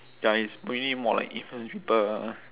ya it's mainly more like influence people